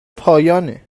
پایانه